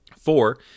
Four